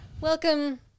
Welcome